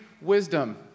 wisdom